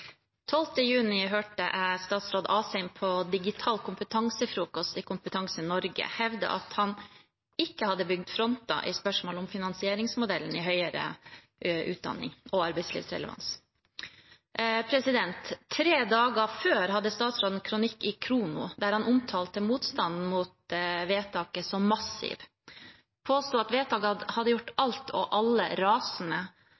juni hørte jeg statsråd Asheim på Digital Kompetansefrokost i Kompetanse Norge hevde at han ikke hadde bygd fronter i spørsmålet om finansieringsmodellen i høyere utdanning og arbeidslivsrelevans. Tre dager før hadde statsråden en kronikk i Khrono, der han omtalte motstanden mot forslaget som massiv og påsto at forslaget hadde gjort